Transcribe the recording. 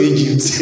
Egypt